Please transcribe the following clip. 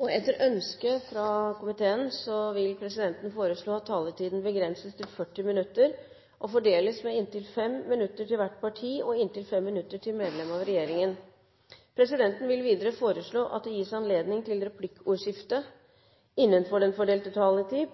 januar Etter ønske fra kommunal- og forvaltningskomiteen vil presidenten foreslå at taletiden begrenses til 40 minutter og fordeles med inntil 5 minutter til hvert parti og inntil 5 minutter til medlem av regjeringen. Videre vil presidenten foreslå at det gis anledning til replikkordskifte